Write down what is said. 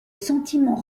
sentiment